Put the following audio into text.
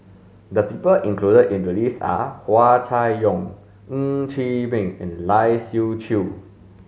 the people included in the list are Hua Chai Yong Ng Chee Meng and Lai Siu Chiu